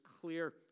clear